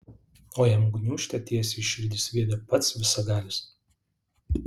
o jam gniūžtę tiesiai į širdį sviedė pats visagalis